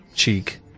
Cheek